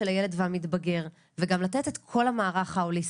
פסיכיאטריה של הילד והמתבגר וגם לתת את כל המערך ההוליסטי.